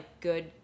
good